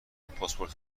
پاسپورت